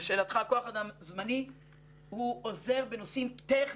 הוא עוזר בנושאים טכניים,